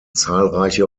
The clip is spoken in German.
zahlreiche